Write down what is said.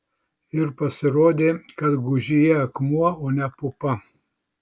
ir pasirodė kad gūžyje akmuo o ne pupa